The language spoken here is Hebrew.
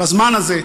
בזמן הזה,